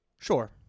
Sure